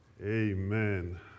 Amen